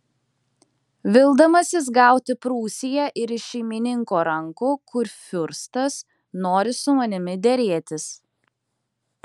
vildamasis gauti prūsiją ir iš šeimininko rankų kurfiurstas nori su manimi derėtis